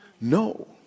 No